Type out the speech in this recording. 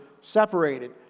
separated